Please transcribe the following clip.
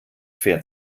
fährt